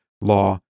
law